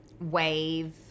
wave